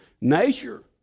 nature